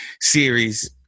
series